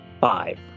Five